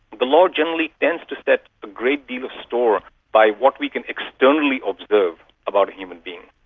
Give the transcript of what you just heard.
the law generally tends to set a great deal of store by what we can externally observe about a human being,